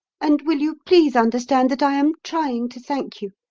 and will you please understand that i am trying to thank you,